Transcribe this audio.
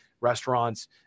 restaurants